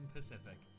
Pacific